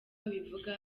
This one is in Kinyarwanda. abivuga